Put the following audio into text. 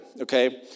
Okay